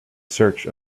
search